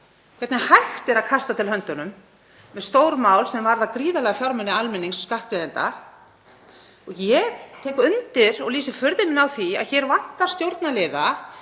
hvernig hægt er að kasta til höndunum með stór mál sem varða gríðarlega fjármuni almennings og skattgreiðenda. Ég tek undir og lýsi furðu minni á því að hér vanti stjórnarliða.